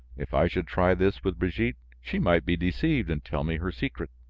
if i should try this with brigitte, she might be deceived and tell me her secret.